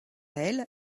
elle